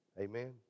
Amen